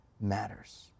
matters